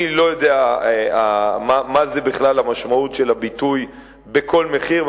אני לא יודע מה זה בכלל המשמעות של הביטוי "בכל מחיר",